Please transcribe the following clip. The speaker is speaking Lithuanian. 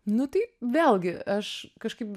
nu tai vėlgi aš kažkaip